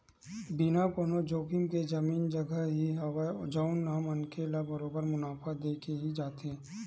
बिना कोनो जोखिम के जमीन जघा ही हवय जउन ह मनखे ल बरोबर मुनाफा देके ही जाथे